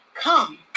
Come